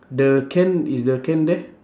the can is the can there